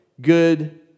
good